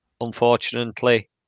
unfortunately